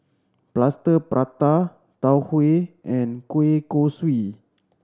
Plaster Prata Tau Huay and kueh kosui